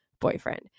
boyfriend